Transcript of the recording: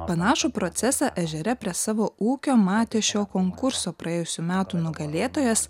panašų procesą ežere prie savo ūkio matė šio konkurso praėjusių metų nugalėtojas